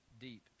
deep